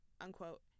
unquote